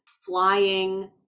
flying